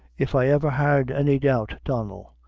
if i ever had any doubt, donnel,